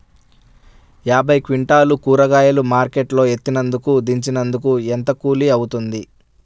యాభై క్వింటాలు కూరగాయలు మార్కెట్ లో ఎత్తినందుకు, దించినందుకు ఏంత కూలి అవుతుంది?